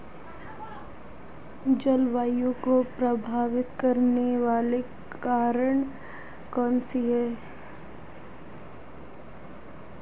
जलवायु को प्रभावित करने वाले कारक कौनसे हैं?